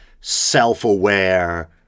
self-aware